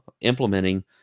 implementing